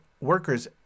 workers